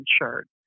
insured